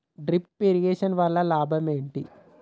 Drip irrigation వల్ల లాభం ఏంటి?